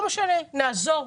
אבל לא משנה, נעזור.